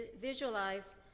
visualize